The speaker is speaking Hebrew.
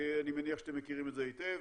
אני מניח שאתם מכירים את זה היטב.